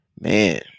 man